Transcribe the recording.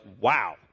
wow